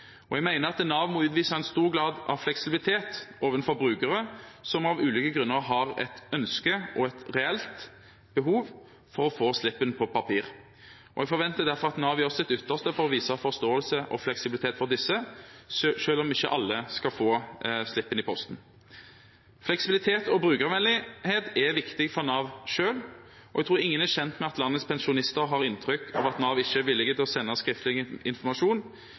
Jeg mener at Nav må utvise en stor grad av fleksibilitet overfor brukere som av ulike grunner har et ønske om og et reelt behov for å få slippen på papir, og jeg forventer derfor at Nav gjør sitt ytterste for å vise forståelse og fleksibilitet overfor disse, selv om ikke alle skal få slippen i posten. Fleksibilitet og brukervennlighet er viktig for Nav selv, og jeg tror ingen er tjent med at landets pensjonister har inntrykk av at Nav ikke er villig til å sende skriftlig informasjon